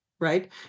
right